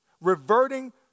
reverting